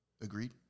Agreed